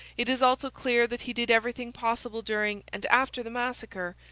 it is also clear that he did everything possible during and after the massacre,